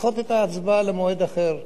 לדחות את ההצבעה למועד אחר.